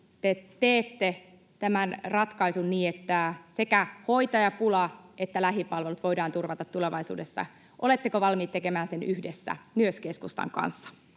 te teette tämän ratkaisun niin, että sekä hoitajapula että lähipalvelut voidaan turvata tulevaisuudessa? Oletteko valmiit tekemään sen yhdessä, myös keskustan kanssa?